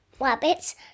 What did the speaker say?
rabbits